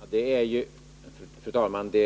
att agera!